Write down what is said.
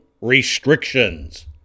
restrictions